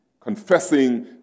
confessing